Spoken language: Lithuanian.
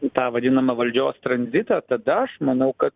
į tą vadinamą valdžios tranzitą tada aš manau kad